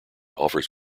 offers